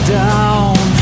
down